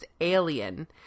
alien